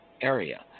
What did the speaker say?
area